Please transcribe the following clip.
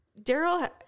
Daryl